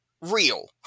real